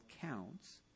counts